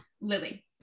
Lily